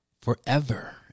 forever